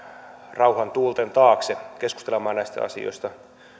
rauhan tuulten taakse keskustelemaan näistä asioista